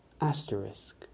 asterisk